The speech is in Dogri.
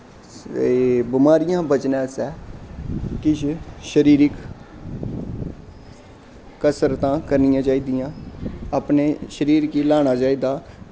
बमारियें शा बचने आस्तै किश शरीरिक कसरतां करनियां चाहिदियां अपने शरीर गी ल्हाना चाहिदा